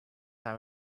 time